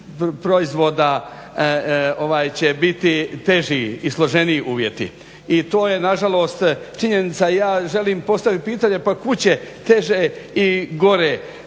proizvoda će biti teži i složeniji uvjeti. I to je nažalost činjenica i ja želim postaviti pitanje pa kuda će, teže i gore